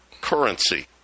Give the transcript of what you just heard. currency